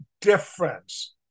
difference